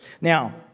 Now